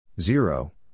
zero